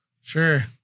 sure